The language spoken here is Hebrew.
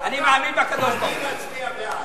אני מצביע בעד.